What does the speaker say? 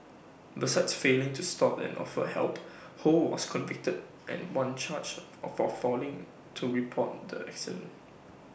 besides failing to stop and offer help ho was convicted and one charge for failing to report the accident